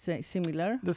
similar